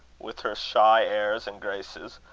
with her shy airs and graces.